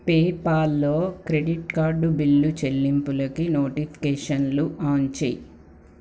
టీపాల్లో credit card bill చెల్లింపులకి నోటిఫికేషన్లు on చెయ్యి